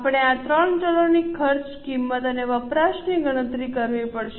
આપણે આ 3 ચલોની ખર્ચ કિંમત અને વપરાશની ગણતરી કરવી પડશે